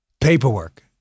paperwork